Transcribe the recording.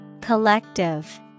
Collective